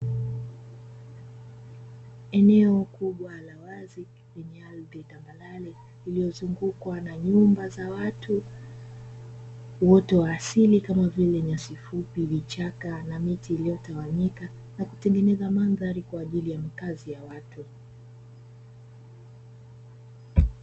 Eneo la wazi lenye ardhi tambarale lililozungukwa na nyumba za watu, uoto wa asili kama vile: nyasi fupi, vichaka na miti iliyotawanyika na kutengeneza mandhari kwa ajili ya makazi ya watu.